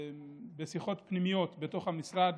בשיחות פנימיות בתוך המשרד,